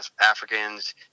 Africans